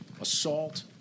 assault